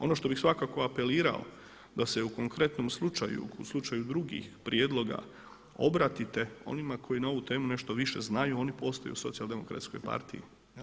Ono što bih svakako apelirao da se u konkretnom slučaju, u slučaju drugih prijedloga obratite onima koji na ovu temu nešto više znaju, oni postoje u Socijal-demokratskoj partiji.